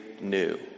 new